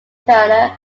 turner